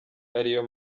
ariyo